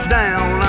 down